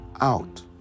out